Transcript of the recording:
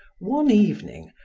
one evening,